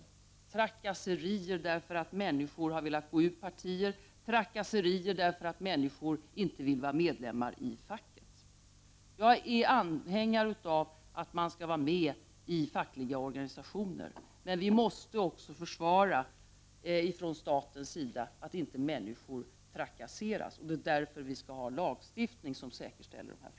Det har förekommit trakasserier av människor för att de har velat gå ur partier och trakasserier mot människor för att de inte velat vara medlemmar i facket. Jag är anhängare av att man skall vara med i fackliga organisationer, men vi måste också från statens sida se till att människor inte trakasseras. Det är därför vi skall ha en lagstiftning som säkerställer det.